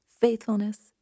faithfulness